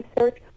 research